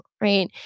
right